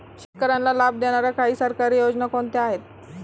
शेतकऱ्यांना लाभ देणाऱ्या काही सरकारी योजना कोणत्या आहेत?